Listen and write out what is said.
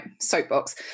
soapbox